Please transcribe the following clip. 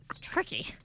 tricky